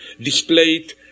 displayed